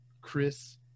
Chris